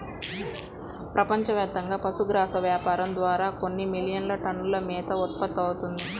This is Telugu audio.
ప్రపంచవ్యాప్తంగా పశుగ్రాసం వ్యాపారం ద్వారా కొన్ని మిలియన్ టన్నుల మేత ఉత్పత్తవుతుంది